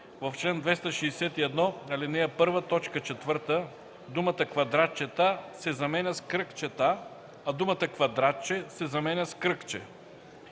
В чл. 261, ал. 1, т. 4 думата „квадратчета“ се заменя с „кръгчета“, а думата „квадратче” се заменя с „кръгче”.”